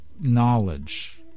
knowledge